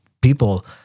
people